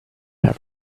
have